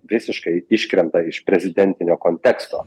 visiškai iškrenta iš prezidentinio konteksto